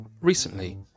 Recently